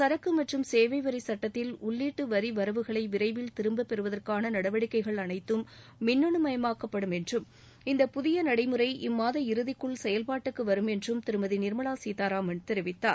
சரக்கு மற்றும் சேவை வரி சுட்டத்தில் உள்ளீட்டு வரி வரவுகளை விரைவில் திரும்ப பெறுவதற்கான நடவடிக்கைகள் அனைத்தும் மின்னணுமயமாக்கப்படும் என்றும் இந்த புதிய நடைமுறை இம்மாத இறுதிக்குள் செயல்பாட்டுக்கு வரும் என்றும் திருமதி நிர்மலா சீதாராமன் தெரிவித்தார்